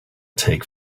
take